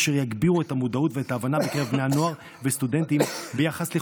אשר יגבירו בקרב בני הנוער והסטודנטים את